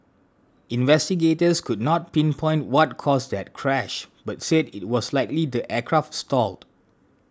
investigators could not pinpoint what caused that crash but said it was likely the aircraft stalled